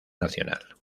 nacional